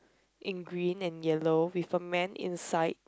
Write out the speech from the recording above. in green and yellow with a man inside